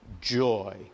joy